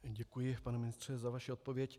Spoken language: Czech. Děkuji, pane ministře, za vaši odpověď.